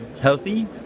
healthy